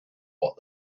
what